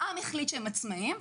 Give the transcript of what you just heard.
העם החליט שהם עצמאים.